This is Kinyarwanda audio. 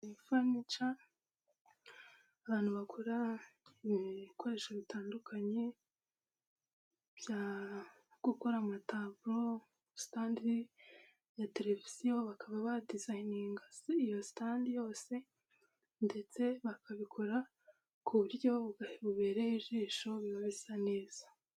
Fanica abantu bakora ibikoresho bitandukanye byo gukora amataburo sitande ya televiziyo, bakaba badizayininga iyo sitande yose. Ndetse bakabikora ku buryo bubereye ijisho, biba bisa neza.